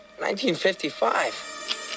1955